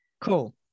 cool